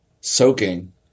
soaking